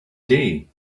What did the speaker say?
day